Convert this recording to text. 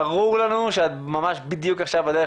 ברור לנו שאת ממש בדיוק עכשיו בדרך